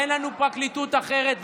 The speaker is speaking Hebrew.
אין לנו פרקליטות אחרת,